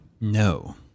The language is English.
No